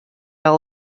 all